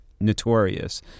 notorious